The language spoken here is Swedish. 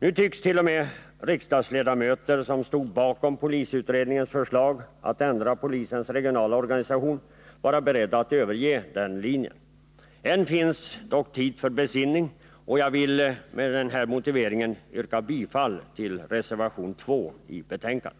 Nu tycks t.o.m. riksdagsledamöter som stod bakom polisutredningens förslag att ändra polisens regionala organisation vara beredda att överge den linjen. Än finns dock tid för besinning, och jag vill med denna motivering yrka bifall till reservation 2 vid betänkandet.